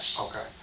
Okay